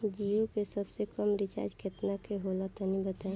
जीओ के सबसे कम रिचार्ज केतना के होला तनि बताई?